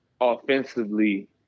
offensively